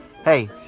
hey